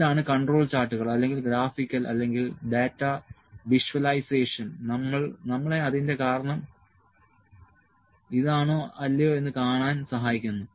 ഇതാണ് കൺട്രോൾ ചാർട്ടുകൾ അല്ലെങ്കിൽ ഗ്രാഫിക്കൽ അല്ലെങ്കിൽ ഡാറ്റ വിഷ്വലൈസേഷൻ നമ്മളെ അതിന്റെ കാരണം ഇതാണോ അല്ലയോ എന്ന് കാണാൻ സഹായിക്കുന്നു